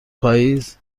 پاییز